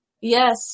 Yes